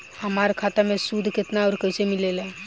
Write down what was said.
हमार खाता मे सूद केतना आउर कैसे मिलेला?